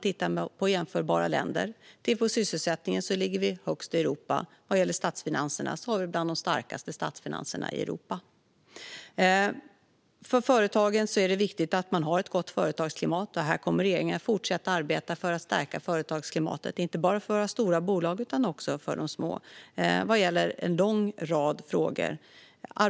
Vår sysselsättning är högst i Europa, och våra statsfinanser är bland de starkaste i Europa. För företagen är det viktigt med ett gott företagsklimat. Regeringen kommer att fortsätta att arbeta för att stärka företagsklimatet, inte bara för våra stora bolag utan också för de små vad gäller en lång rad frågor.